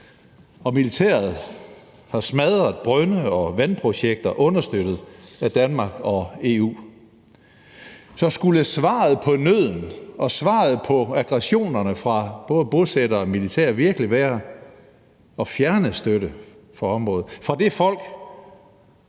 og militæret har smadret brønde og vandprojekter understøttet af Danmark og EU. Så skulle svaret på nøden og svaret på aggressionerne fra både bosætterne og militæret virkelig være at fjerne støtte fra området, fra det folk,